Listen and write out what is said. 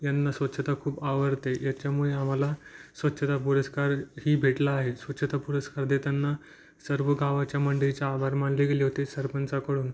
यांना स्वच्छता खूप आवडते याच्यामुळे आम्हाला स्वच्छता पुरस्कारही भेटला आहे स्वच्छता पुरस्कार देताना सर्व गावाच्या मंडळीचा आभार मानले गेले होते सरपंचाकडून